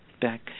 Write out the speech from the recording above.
back